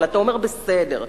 אבל אתה אומר: בסדר,